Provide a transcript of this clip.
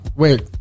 Wait